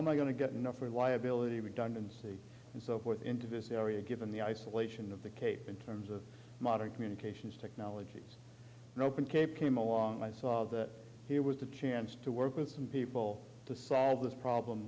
am i going to get enough reliability redundancy and so forth into this area given the isolation of the cape in terms of modern communications technologies and open cape came along i saw that here was a chance to work with some people to solve this problem